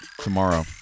tomorrow